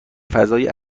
فضای